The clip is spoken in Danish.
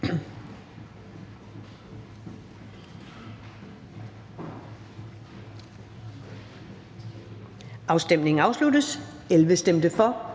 Afstemningen slutter. For stemte 83